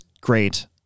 great